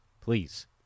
Please